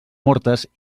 mortes